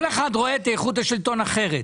כל אחד רואה את איכות השלטון אחרת.